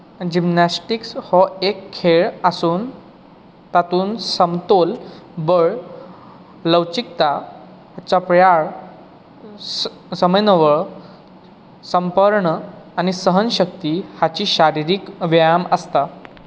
gymnastics हो एक खेळ आसून तातूंत समतोल बळ लवचीकता चपळाय समन्वय समर्पण आनी सहनशक्ती हाची शारिरीक व्यायाम आसता